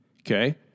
Okay